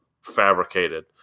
fabricated